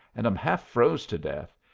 and i'm half froze to death,